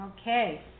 Okay